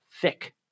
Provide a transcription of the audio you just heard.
thick